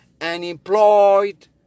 unemployed